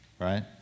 right